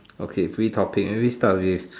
okay free topic maybe start with